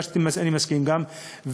אני מסכים גם,